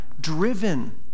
driven